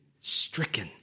stricken